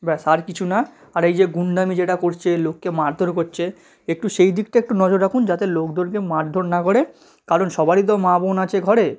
ব্যাস আর কিছু না আর এই যে গুণ্ডামি যেটা করছে লোককে মারধর করছে একটু সেই দিকটা একটু নজর রাখুন যাতে লোকজনকে মারধর না করে কারণ সবারই তো মা বোন আছে ঘরে